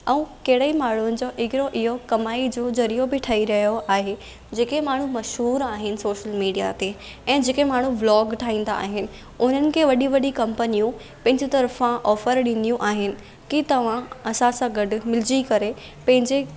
ऐं कहिड़े ई माण्हुनि जो हिकिड़ो इहो कमाईअ जो ज़रियो बि ठही रहियो आहे जेके माण्हू मशहूरु आहिनि सोशल मीडिया ते ऐं जेके माण्हू व्लोग ठाहींदा आहिनि उन्हनि खे वॾी वॾी कंपनियूं पंहिंजी तरफां ऑफर ॾींदियूं आहिनि की तव्हां असां सां गॾु मिलजी करे पंहिंजे